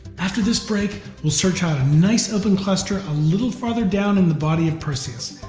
after this break, we'll search out a nice open cluster a little farther down in the body of perseus.